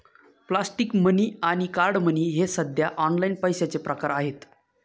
plastic money आणि card money हे सध्या ऑनलाइन पैशाचे प्रकार आहेत